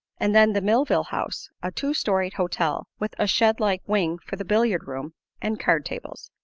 and then the millville house, a two-storied hotel with a shed-like wing for the billiard-room and card tables.